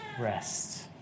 rest